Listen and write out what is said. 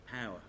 power